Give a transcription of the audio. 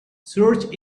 search